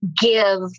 give